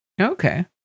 Okay